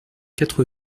quatre